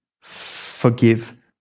forgive